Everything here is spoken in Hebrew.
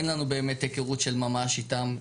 אין לנו באמת היכרות של ממש איתם.